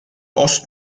ost